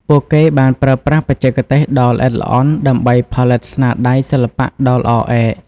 ពួកគេបានប្រើប្រាស់បច្ចេកទេសដ៏ល្អិតល្អន់ដើម្បីផលិតស្នាដៃសិល្បៈដ៏ល្អឯក។